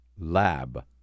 lab